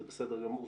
זה בסדר גמור,